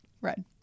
Red